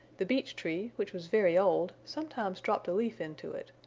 the beech tree, which was very old, sometimes dropped a leaf into it.